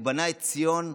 הוא בנה את ציון,